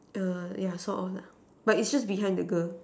the yeah sort of lah but it is just behind the girl